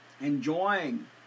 enjoying